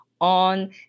on